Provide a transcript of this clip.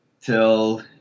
till